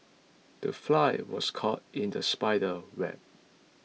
the fly was caught in the spider's web